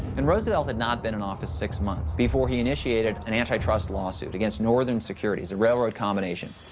and roosevelt had not been in office six months before he initiated an anti-trust lawsuit against northern securities, a railroad combination.